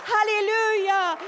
Hallelujah